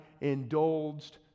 indulged